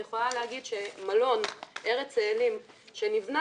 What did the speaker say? אני יכולה לומר שמלון ארץ צאלים שנבנה